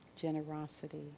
generosity